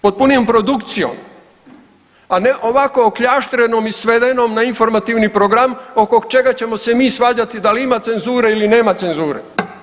Potpunijom produkcijom, a ne ovako okljaštrenom i svedenom na informativni program oko čega ćemo se mi svađati da li ima cenzure ili nema cenzure.